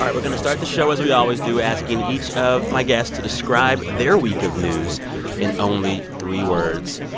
um we're going to start the show as we always do, asking each of my guests to describe their week of news in only three words.